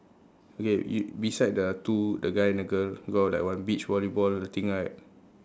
okay you beside the two the guy and the girl got like one beach volleyball thing right